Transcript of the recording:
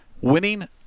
winning